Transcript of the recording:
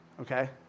okay